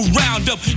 roundup